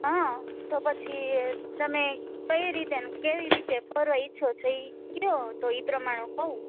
હા તો પછી તમે કઈ રીતે કેવી રીતે ઈચ્છો છો તે એ પ્રમાણે હું કહું